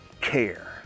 care